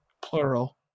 plural